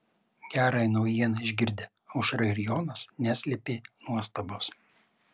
gerąją naujieną išgirdę aušra ir jonas neslėpė nuostabos